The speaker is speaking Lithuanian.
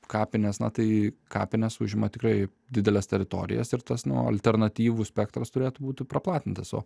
kapines na tai kapinės užima tikrai dideles teritorijas ir tas nu alternatyvų spektras turėtų būtų praplatintas o